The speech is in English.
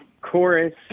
chorus